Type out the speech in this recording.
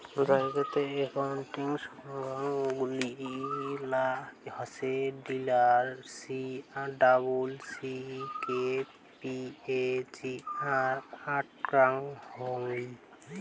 জাগাতের একাউন্টিং সংস্থা গুলা হসে Deloitte, P W C, K P M G, আর আর্নেস্ট ইয়ং